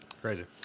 Crazy